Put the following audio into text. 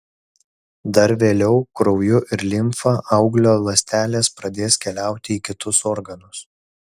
dar vėliau krauju ir limfa auglio ląstelės pradės keliauti į kitus organus